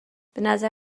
بنظر